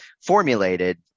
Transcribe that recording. formulated